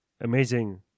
amazing